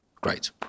Great